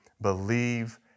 believe